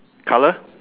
colour